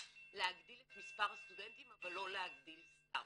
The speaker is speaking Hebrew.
להגדיל את מספר הסטודנטים אבל לא להגדיל סתם.